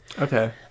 Okay